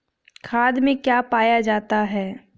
खाद में क्या पाया जाता है?